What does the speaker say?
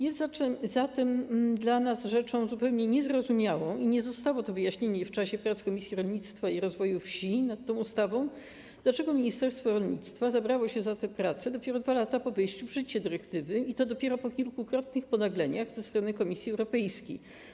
Jest zatem dla nas rzeczą zupełnie niezrozumiałą i nie zostało to wyjaśnione w czasie prac Komisji Rolnictwa i Rozwoju Wsi nad tą ustawą, dlaczego ministerstwo rolnictwa zabrało się za te prace dopiero 2 lata po wejściu w życie dyrektywy, i to dopiero po kilkukrotnych ponagleniach ze strony Komisji Europejskiej.